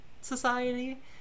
society